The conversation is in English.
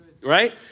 Right